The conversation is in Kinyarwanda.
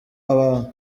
abantu